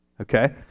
Okay